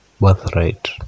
birthright